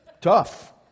Tough